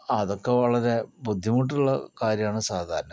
അതൊക്കെ വളരെ ബുദ്ധിമുട്ടുള്ള കാര്യമാണ് സാധാരണക്കാർക്ക്